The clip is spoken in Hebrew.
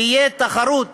תהיה תחרות